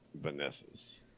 Vanessa's